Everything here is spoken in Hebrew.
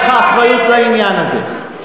הייתה לך אחריות לעניין הזה.